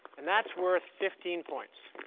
and that's worth fifteen points.